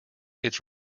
its